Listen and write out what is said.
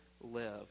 live